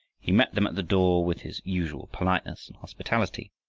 he met them at the door with his usual politeness and hospitality.